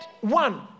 one